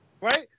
right